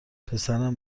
پسرم